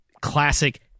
classic